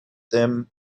them